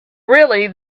really